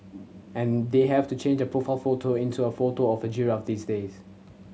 and they have to change their profile photo into a photo of a giraffe these days